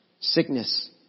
Sickness